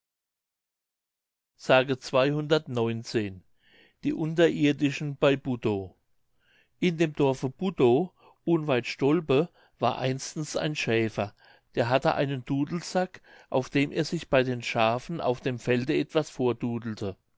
wieder mündlich die unterirdischen bei budow in dem dorfe budow unweit stolpe war einstens ein schäfer der hatte einen dudelsack auf dem er sich bei den schafen auf dem felde etwas